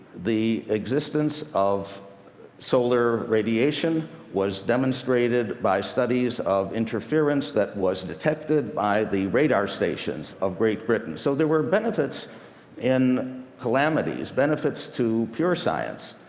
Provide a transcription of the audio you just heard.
the existence of solar radiation was demonstrated by studies of interference that was detected by the radar stations of great britain. so there were benefits in calamities benefits to pure science,